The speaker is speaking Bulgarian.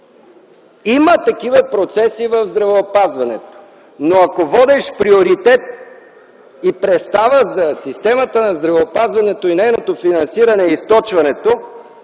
Има такива процеси в здравеопазването, но ако водещ приоритет и представа за системата на здравеопазването и нейното финансиране е източването,